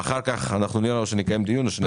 ואחר כך נראה אם לקיים דיון.